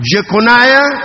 Jeconiah